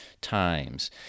times